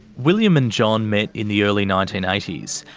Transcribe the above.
william and john met in the early nineteen eighty s.